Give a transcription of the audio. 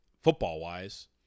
football-wise